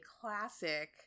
classic